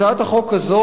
הצעת החוק הזאת,